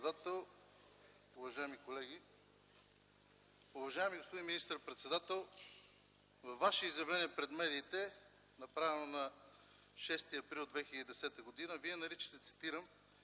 председател. Уважаеми колеги, уважаеми господин министър-председател! Във Ваше изявление пред медиите, направено на 6 април 2010 г., Вие наричате, цитирам: